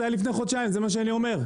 זה היה לפני חודשיים זה מה שאני אומר.